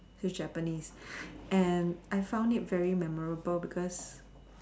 he is Japanese and I found it very memorable because